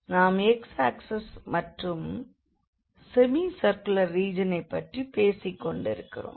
நாம் x axis மற்றும் semi circular ரீஜனைப் பற்றி பேசிக்கொண்டிருக்கிறோம்